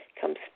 comes